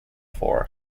for